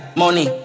money